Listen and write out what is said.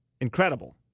Incredible